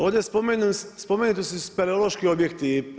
Ovdje spomenuti su i speleološki objekti.